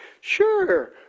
Sure